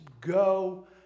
go